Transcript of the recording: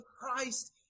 Christ